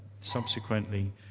subsequently